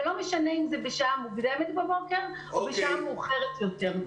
ולא משנה אם זה בשעה מוקדמת בבוקר או מאוחרת יותר.